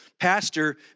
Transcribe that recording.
pastor